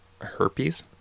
herpes